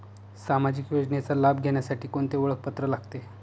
सामाजिक योजनेचा लाभ घेण्यासाठी कोणते ओळखपत्र लागते?